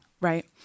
right